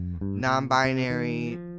non-binary